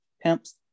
Pimps